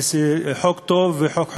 זה חוק טוב וחוק חיובי.